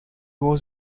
was